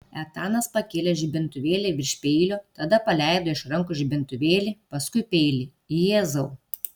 etanas pakėlė žibintuvėlį virš peilio tada paleido iš rankų žibintuvėlį paskui peilį jėzau